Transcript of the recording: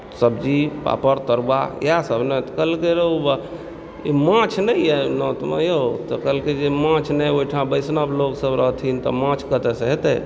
सब्जी पापड़ तरुआ इएहसभ ने तऽ कहलकै रौ बा ई माछ नहि अइ नोतमे यौ कहलकै माछ नहि ओहिठाम वैष्णव लोकसभ रहथिन तऽ माछ कतयसँ हेतै